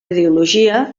ideologia